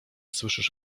słyszysz